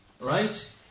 right